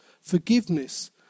Forgiveness